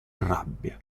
rabbia